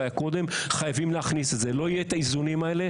היה ניסיון,